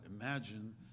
imagine